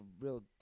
real